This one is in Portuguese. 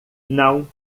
não